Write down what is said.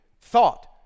thought